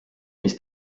mis